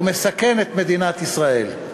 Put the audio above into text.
ומסכן את מדינת ישראל.